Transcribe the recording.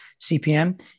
CPM